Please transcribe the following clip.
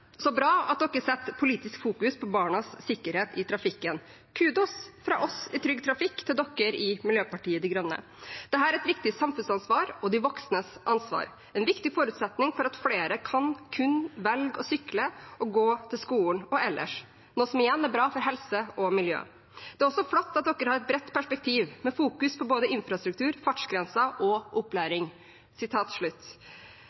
Så bra at dere setter politisk fokus på barnas sikkerhet i trafikken. Kudos fra oss i Trygg Trafikk til dere i Miljøpartiet De Grønne. Dette er et viktig samfunnsansvar og de voksnes ansvar, en viktig forutsetning for at flere kan kunne velge å sykle og gå til skolen og ellers, noe som igjen er bra for helse og miljø. Det er også flott at dere har et bredt perspektiv, med fokus på både infrastruktur, fartsgrenser og